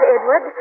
Edward